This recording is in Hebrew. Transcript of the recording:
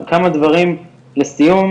כמה דברים לסיום,